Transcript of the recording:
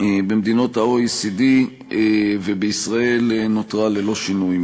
במדינות ה-OECD ובישראל היא נותרה ללא שינוי.